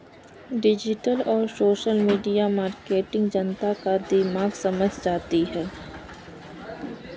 digital और social media marketing जनता का दिमाग समझ जाती है